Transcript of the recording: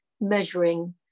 measuring